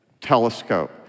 telescope